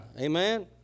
Amen